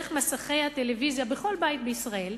דרך מסכי הטלוויזיה בכל בית בישראל,